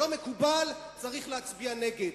לא מקובל, צריך להצביע נגד.